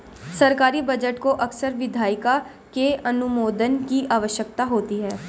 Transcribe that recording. सरकारी बजट को अक्सर विधायिका के अनुमोदन की आवश्यकता होती है